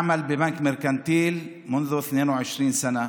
אני עובד בבנק מרכנתיל מזה 22 שנים